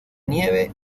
nieve